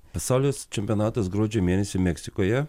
pasaulio čempionatas gruodžio mėnesį meksikoje